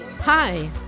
Hi